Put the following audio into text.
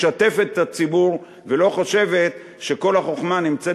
משתפת את הציבור ולא חושבת שכל החוכמה נמצאת